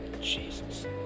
jesus